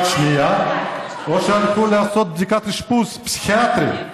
שמיעה או שהלכו לעשות בדיקת אשפוז פסיכיאטרי,